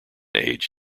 age